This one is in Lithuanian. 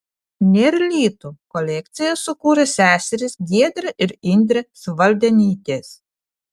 nėr litų kolekciją sukūrė seserys giedrė ir indrė svaldenytės